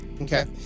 Okay